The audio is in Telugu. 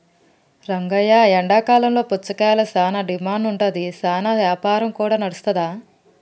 రంగయ్య ఎండాకాలంలో పుచ్చకాయలకు సానా డిమాండ్ ఉంటాది, సానా యాపారం కూడా నడుస్తాది